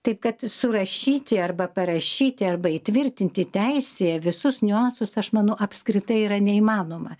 taip kad surašyti arba parašyti arba įtvirtinti teisėje visus niuansus aš manau apskritai yra neįmanoma